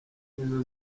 nizo